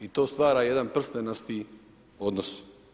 I to stvara jedan prstenasti odnos.